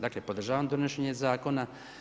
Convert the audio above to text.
Dakle, podržavam donošenje zakona.